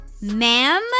ma'am